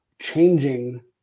changing